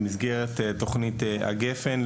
במסגרת תכנית הגפ"ן,